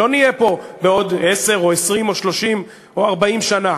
לא נהיה פה בעוד עשר או 20 או 30 או 40 שנה,